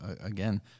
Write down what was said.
again